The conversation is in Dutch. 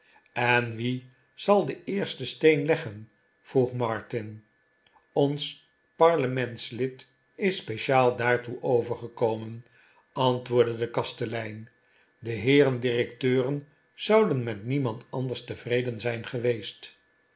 en wie zal den eersten steen leggen vroeg martin ons parlementslid is speciaal daartoe overgekomen antwoorde de kastelein de heeren directeuren zouden met niemand anders tevreden zijn geweest